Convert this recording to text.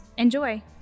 Enjoy